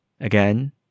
again